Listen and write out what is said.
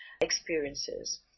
experiences